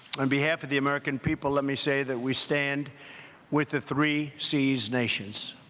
on behalf of the american people, let me say that we stand with the three seas nations.